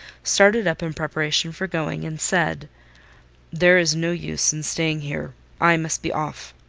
started up in preparation for going, and said there is no use in staying here i must be off.